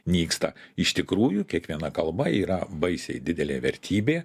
nyksta iš tikrųjų kiekviena kalba yra baisiai didelė vertybė